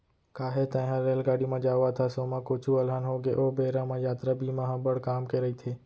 काहे तैंहर रेलगाड़ी म जावत हस, ओमा कुछु अलहन होगे ओ बेरा म यातरा बीमा ह बड़ काम के रइथे